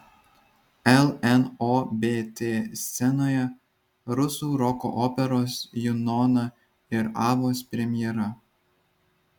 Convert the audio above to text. lnobt scenoje rusų roko operos junona ir avos premjera